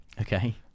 Okay